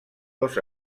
dos